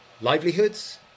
livelihoods